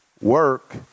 work